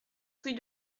rue